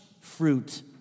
fruit